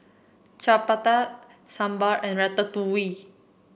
Chapati Sambar and Ratatouille